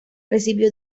recibió